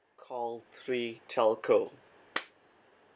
call three telco